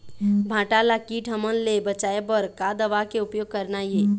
भांटा ला कीट हमन ले बचाए बर का दवा के उपयोग करना ये?